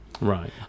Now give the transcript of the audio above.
Right